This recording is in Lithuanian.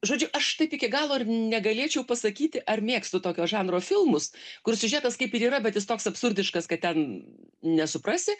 žodžiu aš taip iki galo ir negalėčiau pasakyti ar mėgstu tokio žanro filmus kur siužetas kaip ir yra bet jis toks absurdiškas kad ten nesuprasi